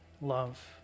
love